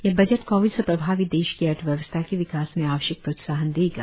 यह budget Covid से प्रभावित देश की अर्थव्यवस्था के विकास में आवश्यक प्रोत्साहन देगा